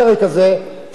שיבוא היום,